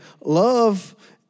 love